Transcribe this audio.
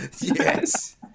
Yes